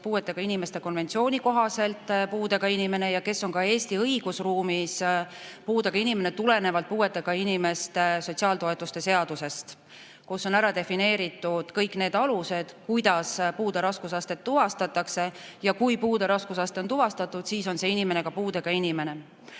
puuetega inimeste konventsiooni kohaselt puudega inimene ja kes on ka Eesti õigusruumis puudega inimene tulenevalt puuetega inimeste sotsiaaltoetuste seadusest, kus on ära defineeritud kõik need alused, kuidas puude raskusaste tuvastatakse. Ja kui puude raskusaste on tuvastatud, siis on see inimene ka puudega inimene.